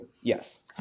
Yes